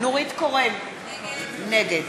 נורית קורן, נגד